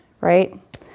right